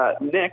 Nick